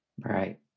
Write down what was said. Right